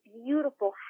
beautiful